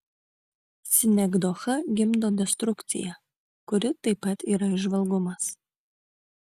sinekdocha gimdo destrukciją kuri taip pat yra įžvalgumas